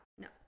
No